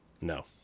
no